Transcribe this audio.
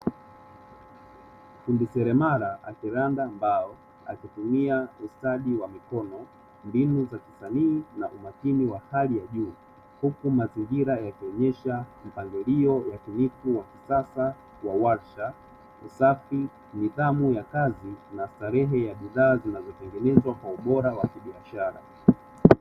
Fundi seremala akilanda mbao akitumia ustadi wa mikono, mbinu za kusajili na umakini wa hali ya juu, huku mazingira yakionyesha mpangilio wa kisasa wa warsha, usafi, nidhamu ya kazi na starehe ya bidhaa zilizotengenezwa kwa ubora wa kibiashara.